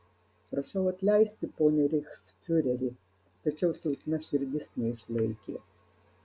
prašau atleisti pone reichsfiureri tačiau silpna širdis neišlaikė